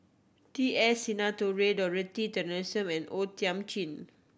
T S Sinnathuray Dorothy Tessensohn and O Thiam Chin